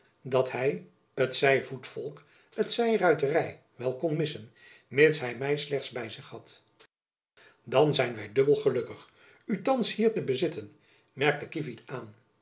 dat hy t zij voetvolk t zij ruitery wel kon missen mits hy my slechts by zich had dan zijn wy dubbel gelukkig u thands hier te bezitten merkte kievit aan